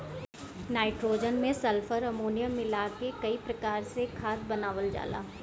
nitrogen में sulphur, ammonium मिला के कई प्रकार से खाद बनावल जाला